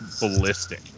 ballistic